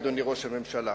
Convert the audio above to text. אדוני ראש הממשלה.